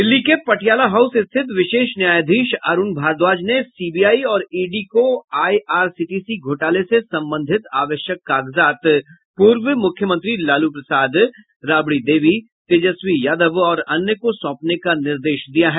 दिल्ली के पटियाला हाउस स्थित विशेष न्यायाधीश अरूण भारद्वाज ने सीबीआई और ईडी को आईआरसीटीसी घोटाले से संबंधित आवश्यक कागजात पूर्व मुख्यमंत्री लालू प्रसाद राबड़ी देवी तेजस्वी यादव और अन्य को सौंपने का निर्देश दिया है